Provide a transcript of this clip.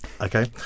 Okay